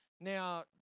Now